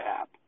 app